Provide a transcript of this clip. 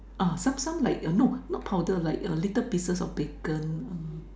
uh some some like uh no not powder like little pieces of bacon uh